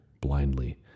blindly